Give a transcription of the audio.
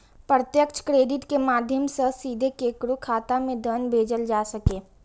प्रत्यक्ष क्रेडिट के माध्यम सं सीधे केकरो खाता मे धन भेजल जा सकैए